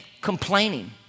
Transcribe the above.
complaining